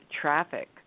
traffic